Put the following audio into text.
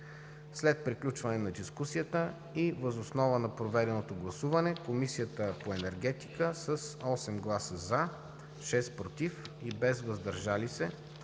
След приключване на дискусията и въз основа на проведеното гласуване Комисията по енергетика с 8 гласа „за“, 6 „против“ и без „въздържали се“